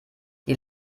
die